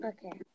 Okay